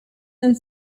and